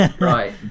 Right